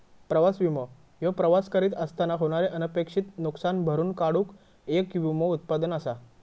प्रवास विमो ह्यो प्रवास करीत असताना होणारे अनपेक्षित नुसकान भरून काढूक येक विमो उत्पादन असा